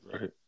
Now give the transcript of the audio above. Right